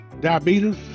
diabetes